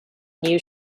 new